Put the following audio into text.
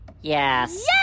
Yes